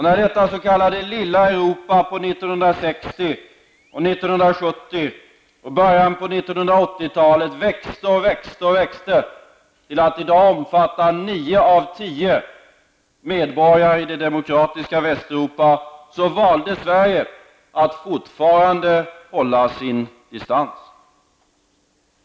När detta s.k. lilla Europa på 1960 och 1970-talen samt i början på 1980-talet växte och växte, till att i dag omfatta nio av tio medborgare i det demokratiska Västeuropa, valde Sverige att fortfarande hålla sin distans.